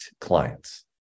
clients